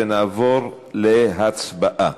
נעבור להצבעה.